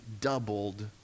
doubled